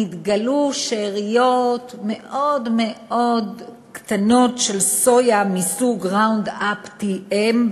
נתגלו שאריות מאוד מאוד קטנות של סויה מסוג Roundup TM,